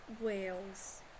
Wales